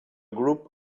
group